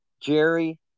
Jerry